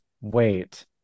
Wait